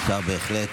אפשר בהחלט.